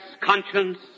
conscience